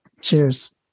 Cheers